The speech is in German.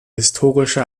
historische